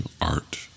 art